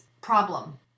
problem